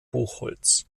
buchholz